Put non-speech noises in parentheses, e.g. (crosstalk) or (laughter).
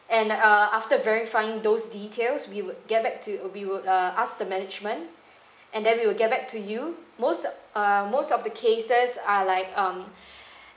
and err after verifying those details we would get back to uh we would err ask the management and then we will get back to you most err most of the cases are like um (breath)